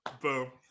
boom